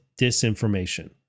disinformation